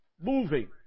moving